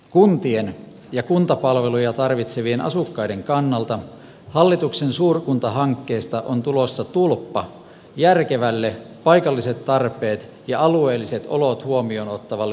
kuntien ja kuntapalveluja tarvitsevien asukkaiden kannalta hallituksen suurkuntahankkeesta on tulossa tulppa järkevälle paikalliset tarpeet ja alueelliset olot huomioon ottavalle uudistamiselle